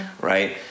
right